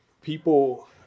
people